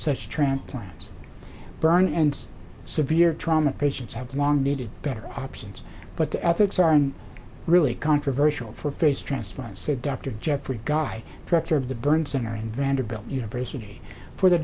such transplants burn and severe trauma patients have long needed better options but the ethics aren't really controversial for face transplants said dr jeffrey guy director of the burn center in vanderbilt university for the